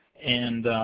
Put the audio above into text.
and